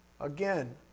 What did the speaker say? Again